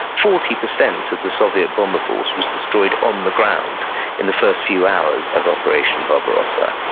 forty percent of the soviet bomber force was destroyed on the ground in the first few hours of operation barbarossa.